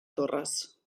torres